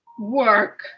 work